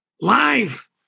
live